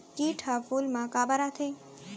किट ह फूल मा काबर आथे?